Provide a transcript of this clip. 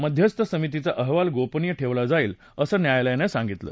मध्यस्थ समितीचा अहवाल गोपनीय ठेवला जाईल असं न्यायालयानं सांगितलं